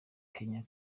kenya